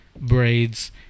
braids